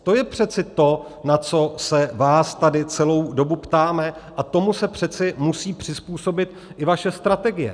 To je přece to, na se vás tady celou dobu ptáme, a tomu se přece musí přizpůsobit i vaše strategie.